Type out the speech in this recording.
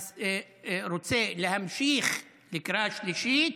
רוצה להמשיך לקריאה השלישית,